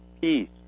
peace